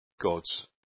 God's